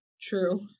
true